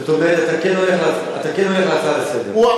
זאת אומרת, אתה כן הולך על הצעה לסדר-היום.